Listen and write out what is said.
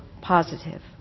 positive